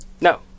No